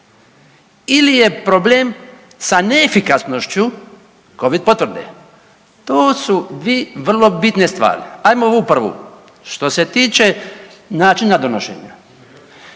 ili je problem sa neefikasnošću covid potvrde? To su dvije vrlo bitne stvari. Ajmo ovu prvu, što se tiče načina donošenja